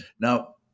Now